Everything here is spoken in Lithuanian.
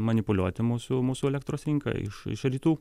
manipuliuoti mūsų mūsų elektros rinka iš iš rytų